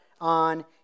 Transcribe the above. on